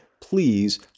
Please